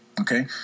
Okay